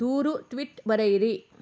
ದೂರು ಟ್ವಿಟ್ ಬರೆಯಿರಿ